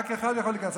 רק אחד יכול להיכנס,